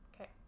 Okay